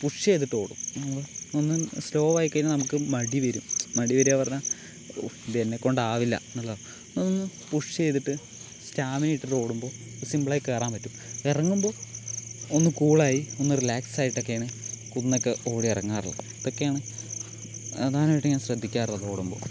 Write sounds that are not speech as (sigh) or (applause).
push ചെയ്തിട്ട് ഓടും ഒന്ന് സ്ലോ ആയിക്കഴിഞ്ഞാൽ നമുക്ക് മടി വരും മടി വരിക പറഞ്ഞാൽ ഓ ഇതെന്നെക്കൊണ്ട് ആവില്ല (unintelligible) ഒന്ന് പുഷ് ചെയ്തിട്ട് സ്റ്റാമിന ഇട്ടിട്ട് ഓടുമ്പോൾ സിമ്പിൾ ആയി കയറാൻ പറ്റും എറങ്ങുമ്പോൾ ഒന്ന് കൂളായി ഒന്ന് റിലാക്സായിട്ടൊക്കെയാണ് കുന്നൊക്കെ ഓടി ഇറങ്ങാറുള്ളത് ഇതൊക്കെയാണ് പ്രധാനമായിട്ടും ഞാൻ ശ്രദ്ധിക്കാറുള്ളത് ഓടുമ്പോൾ